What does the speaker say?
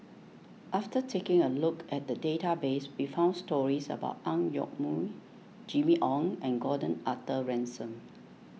after taking a look at the database we found stories about Ang Yoke Mooi Jimmy Ong and Gordon Arthur Ransome